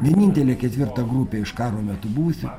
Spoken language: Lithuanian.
vienintelė ketvirta grupė iš karo metu buvusių